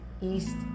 east